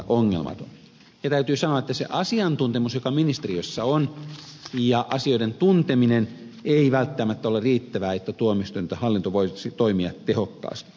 täytyy sanoa että se asiantuntemus joka ministeriössä on ja asioiden tunteminen ei välttämättä ole riittävää jotta tuomioistuin tai hallinto voisi toimia tehokkaasti